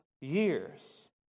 years